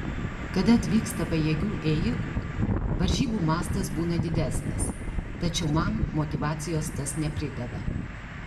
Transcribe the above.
kada atvyksta pajėgių ėjikų varžybų mastas būna didesnis tačiau man motyvacijos tas neprideda